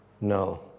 No